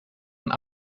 een